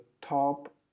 top